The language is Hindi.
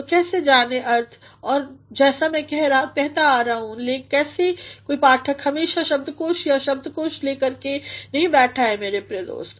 तो कैसे जानें अर्थ और जैसा मै कहते आ रहा हूँ कि कोई पाठक हमेशा शब्दकोश या कोश लेकर नहीं बैठता है मेरे प्रिय दोस्त